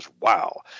Wow